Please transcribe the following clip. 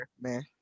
man